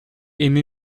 aimé